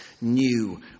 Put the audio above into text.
new